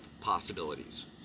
Possibilities